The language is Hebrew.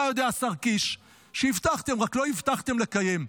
אתה יודע, השר קיש, שהבטחתם, רק שלא הבטחתם לקיים.